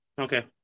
Okay